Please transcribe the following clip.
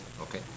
okay